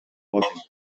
washington